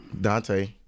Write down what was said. Dante